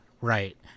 Right